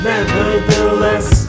Nevertheless